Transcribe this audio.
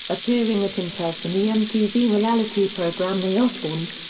appearing as himself in the mtv reality program the osbournes,